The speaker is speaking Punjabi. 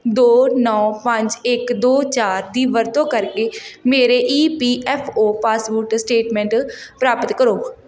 ਦੋ ਨੌ ਪੰਜ ਇੱਕ ਦੋ ਚਾਰ ਦੀ ਵਰਤੋਂ ਕਰਕੇ ਮੇਰੇ E P F O password statement ਪ੍ਰਾਪਤ ਕਰੋ